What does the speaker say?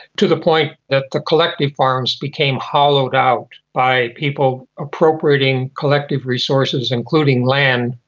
to the point that the collective farms became hollowed out by people appropriating collective resources, including land,